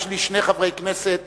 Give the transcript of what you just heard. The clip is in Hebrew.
יש לי שני חברי כנסת,